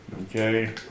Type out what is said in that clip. Okay